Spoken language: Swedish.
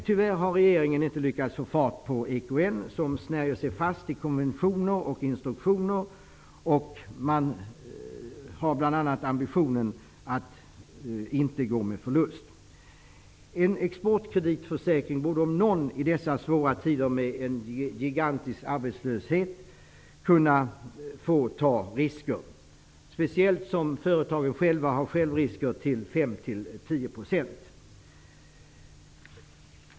Tyvärr har regeringen inte lyckats få fart på EKN som snärjer sig fast i konventioner och instruktioner. De har bl.a. ambitionen att inte gå med förlust. I dessa svåra tider med en gigantisk arbetslöshet borde Exportkreditnämnden kunna få ta risker, speciellt som företagen själva har självrisker på 5--10 %.